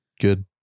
good